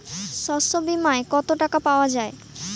শস্য বিমায় কত টাকা পাওয়া যায়?